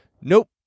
nope